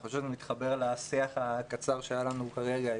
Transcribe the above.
אני חושב שזה מתחבר לשיח הקצר שהיה לנו כרגע.